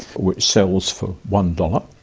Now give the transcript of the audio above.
which sells for one dollars,